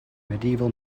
medieval